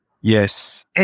Yes